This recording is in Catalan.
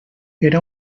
era